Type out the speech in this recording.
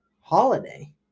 Holiday